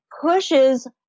pushes